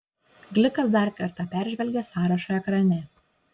glikas dar kartą peržvelgė sąrašą ekrane